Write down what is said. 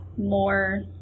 more